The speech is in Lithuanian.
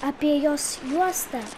apie jos juostą